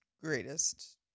greatest